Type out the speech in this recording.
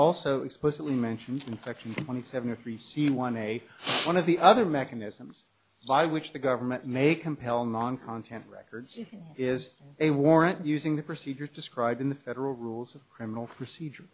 also explicitly mentioned infection twenty seven if we see one a one of the other mechanisms by which the government may compel non content records is a warrant using the procedure described in the federal rules of criminal procedure